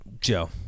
Joe